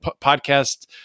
podcast